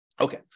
Okay